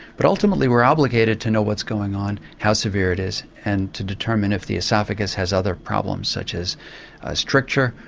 but ultimately we're obligated to know what's going on, how severe it is, and to determine if the oesophagus has other problems such as stricture,